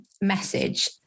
message